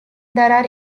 there